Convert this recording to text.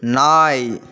நாய்